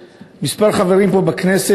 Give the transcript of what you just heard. שלא יבינו לא נכון,